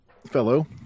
fellow